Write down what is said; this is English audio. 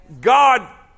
God